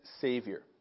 Savior